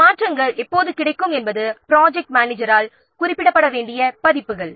இந்த மாற்றங்கள் எப்போது கிடைக்கும் என்பது ப்ராஜெக்ட் மேனேஜரால் குறிப்பிடப்பட வேண்டிய பதிப்புகள்